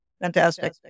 Fantastic